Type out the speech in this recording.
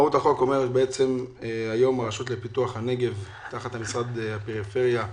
מהות החוק היא שהיום הרשות לפיתוח הנגב תחת משרד הפריפריה,